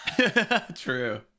True